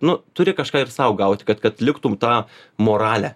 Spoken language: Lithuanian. nu turi kažką ir sau gauti kad kad liktum tą moralę